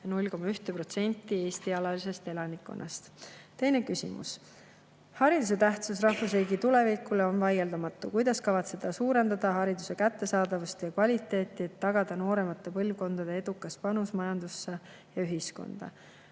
0,1% Eesti alalisest elanikkonnast. Teine küsimus: "Hariduse tähtsus rahvusriigi tulevikule on vaieldamatu. Kuidas kavatsete suurendada hariduse kättesaadavust ja kvaliteeti, et tagada nooremate põlvkondade edukas panus majandusse ja ühiskonda?"